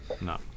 No